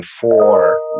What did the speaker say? four